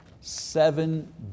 seven